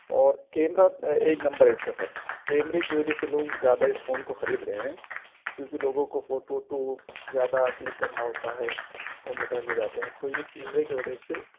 اور کیمرہ ایک نمبر ہے اس کا سر کیمرے کی وجہ سے لوگ زیادہ اس فون کو خرید رہے ہیں کیونکہ لوگوں کو فوٹو ووٹو زیادہ کلک کرنا ہوتا ہے گھومنے ٹہلنے جاتے ہیں تو یہ کیمرے کے وجہ سے